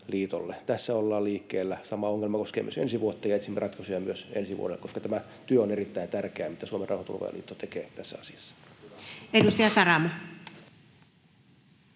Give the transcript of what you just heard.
Tässä ollaan liikkeellä. Sama ongelma koskee ensi vuotta, ja etsimme ratkaisuja myös ensi vuodelle, koska tämä työ, mitä Suomen Rauhanturvaajaliitto tekee tässä asiassa, on